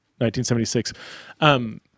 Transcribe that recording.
1976